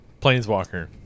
Planeswalker